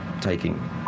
taking